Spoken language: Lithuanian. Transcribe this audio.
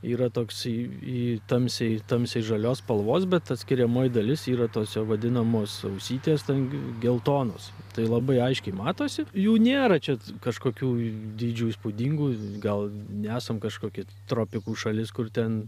yra toks į tamsiai tamsiai žalios spalvos bet atskiriamoje dalis yra tos jo vadinamos ausytės ten geltonos tai labai aiškiai matosi jų nėra čia kažkokių dydžių įspūdingus gal nesam kažkokie tropikų šalis kur ten